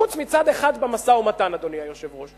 חוץ מצד אחד במשא-ומתן, אדוני היושב-ראש.